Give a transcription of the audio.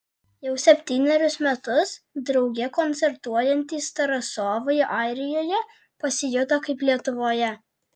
jau septynerius metus drauge koncertuojantys tarasovai airijoje pasijuto kaip lietuvoje